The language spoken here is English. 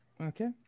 Okay